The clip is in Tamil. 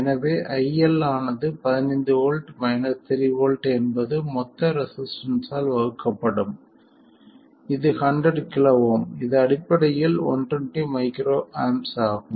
எனவே IL ஆனது 15 வோல்ட் 3 வோல்ட் என்பது மொத்த ரெசிஸ்டன்ஸ் ஆல் வகுக்கப்படும் இது 100 KΩ இது அடிப்படையில் 120 µA ஆகும்